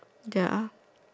ya